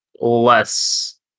less